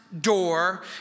door